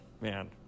Man